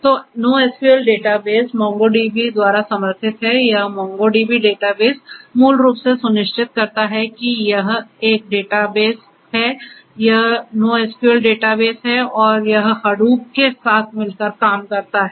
तो NoSQL database MongoDB द्वारा समर्थित है यह MongoDB डेटाबेस मूल रूप से सुनिश्चित करता है कि यह एक डेटाबेस है यह NoSQL डेटाबेस है और यह Hadoop के साथ मिलकर काम करता है